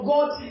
God